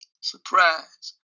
surprise